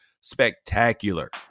spectacular